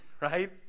Right